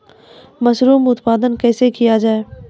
Mushroom उत्पादन कैसे किया जाय?